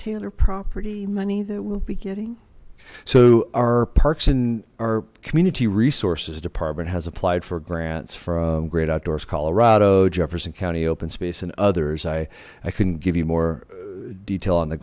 taylor proper money that we'll be getting so our parks in our community resources department has applied for grants from great outdoors colorado jefferson county open space and others i i couldn't give you more detail on the